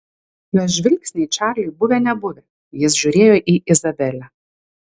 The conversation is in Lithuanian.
jos žvilgsniai čarliui buvę nebuvę jis žiūrėjo į izabelę